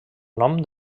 nom